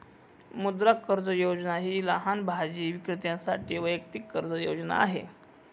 मुद्रा कर्ज योजना ही लहान भाजी विक्रेत्यांसाठी वैयक्तिक कर्ज योजना आहे